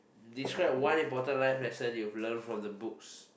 describe one important life lesson you have learn from the books